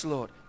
Lord